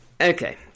Okay